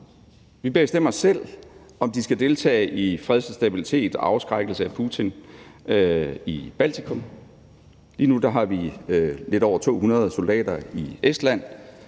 Vi bestemmer selv, om det skal deltage for fred og stabilitet og afskrækkelse af Putin i Baltikum. Lige nu har vi lidt over 200 soldater i Estland,